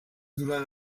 durant